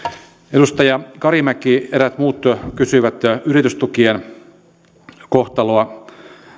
edustaja karimäki ja eräät muut kysyivät yritystukien kohtaloa